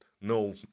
No